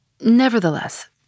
Nevertheless